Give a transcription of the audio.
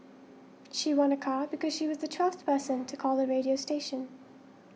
she won a car because she was the twelfth person to call the radio station